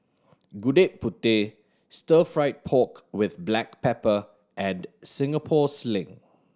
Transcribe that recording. Gudeg Putih Stir Fried Pork With Black Pepper and Singapore Sling